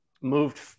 moved